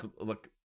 look